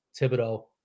Thibodeau